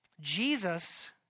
Jesus